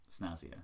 snazzier